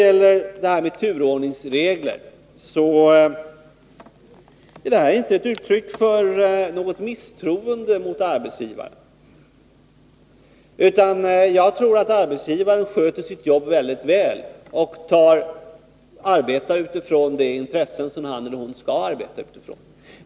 Vad turordningsregler beträffar uttrycker vi inte något misstroende mot arbetsgivaren. Jag tror att arbetsgivaren sköter sitt jobb väldigt väl och arbetar utifrån de intressen som han eller hon skall arbeta utifrån.